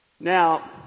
Now